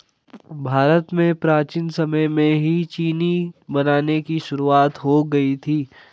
भारत में प्राचीन समय में ही चीनी बनाने की शुरुआत हो गयी थी